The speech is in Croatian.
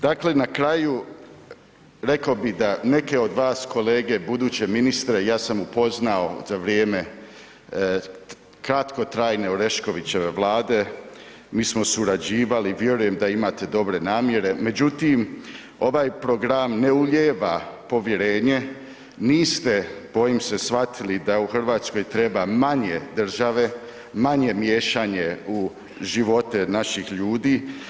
Dakle na kraju rekao bi da neke od vas kolege buduće ministre ja sam upoznao za vrijeme kratkotrajne Oreškovićeve Vlade, mi smo surađivali, vjerujem da imate dobre namjere, međutim ovaj program ne ulijeva povjerenje, niste bojim se shvatili da u RH treba manje države, manje miješanje u živote naših ljudi.